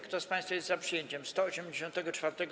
Kto z państwa jest za przyjęciem 184.